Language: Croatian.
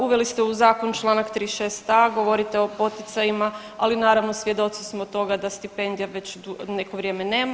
Uveli ste u zakon članak 36a. Govorite o poticajima, ali naravno svjedoci smo toga da stipendija već neko vrijeme nema.